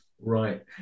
Right